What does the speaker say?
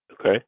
Okay